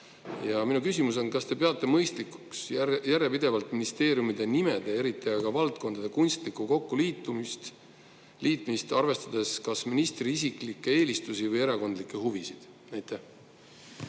Ja minu küsimus on, kas te peate mõistlikuks järjepidevalt ministeeriumide nimede, aga eriti valdkondade kunstlikku kokku liitmist, arvestades ministri isiklikke eelistusi või erakondlikke huve.